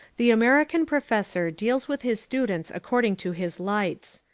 the american professor deals with his students according to his lights.